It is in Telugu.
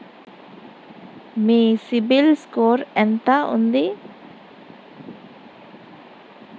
మీ సిబిల్ స్కోర్ ఎంత ఉంది?